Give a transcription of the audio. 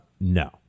No